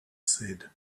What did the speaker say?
said